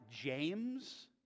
James